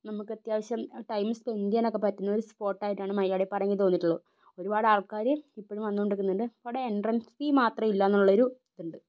നമുക്ക് അത്യാവശ്യം time spend ചെയ്യാനോക്കെ പറ്റുന്നൊരു സ്പോട്ടായിട്ടാണ് മൈലാടിപ്പാറ എന്ന് എനിക്ക് തോന്നിയിട്ടുള്ളു ഒരുപാട് ആൾക്കാര് ഇപ്പഴും വന്നൊണ്ടോക്കെ നിൽക്കുന്നുണ്ട് അവിടെ എൻട്രൻസ് ഫീ മാത്രമേ ഇല്ലാന്നൊള്ളോരു ഇതുണ്ട്